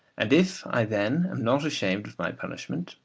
and if i then am not ashamed of my punishment,